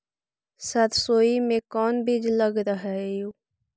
सरसोई मे कोन बीज लग रहेउ?